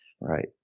right